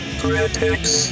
critics